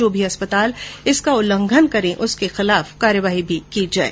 जो भी अस्पताल इसका उल्लंघन करे उसके खिलाफ कार्यवाही की जाये